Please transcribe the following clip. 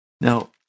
Now